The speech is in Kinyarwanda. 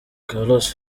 carlos